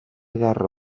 guerra